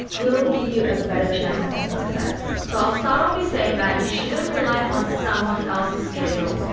will give you a better chance of success. so i'll start off with saying that, you shouldn't rely on someone else's schedule.